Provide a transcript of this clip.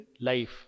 life